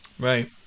Right